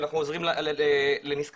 אנחנו עוזרים לאנשים נזקקים,